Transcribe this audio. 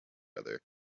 other